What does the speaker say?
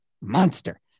monster